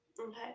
Okay